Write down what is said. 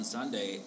Sunday